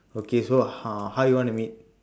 okay so how how you want to meet